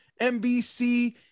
NBC